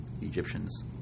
Egyptians